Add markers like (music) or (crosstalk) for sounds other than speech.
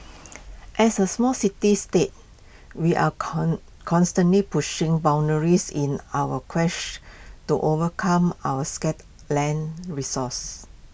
as A small city state we are con constantly pushing boundaries in our (unintelligible) to overcome our scarce land resource